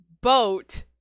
Boat